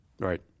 Right